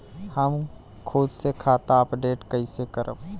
हम खुद से खाता अपडेट कइसे करब?